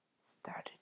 started